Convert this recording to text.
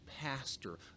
pastor